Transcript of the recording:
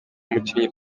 umukinyi